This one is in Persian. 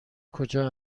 کجا